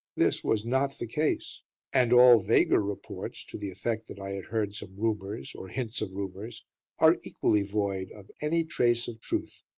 this was not the case and all vaguer reports to the effect that i had heard some rumours or hints of rumours are equally void of any trace of truth.